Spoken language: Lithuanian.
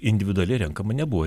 individualiai renkama nebuvo